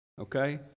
Okay